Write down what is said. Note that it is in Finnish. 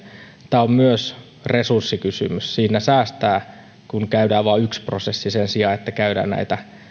tämä on myös resurssikysymys siinä säästää kun käydään vain yksi prosessi sen sijaan että käydään näitä